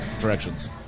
directions